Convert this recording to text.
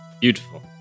Beautiful